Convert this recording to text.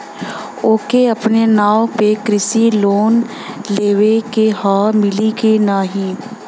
ओके अपने नाव पे कृषि लोन लेवे के हव मिली की ना ही?